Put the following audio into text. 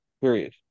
period